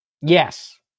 Yes